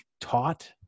taught